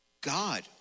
God